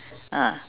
ah